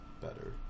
better